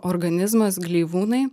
organizmas gleivūnai